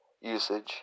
usage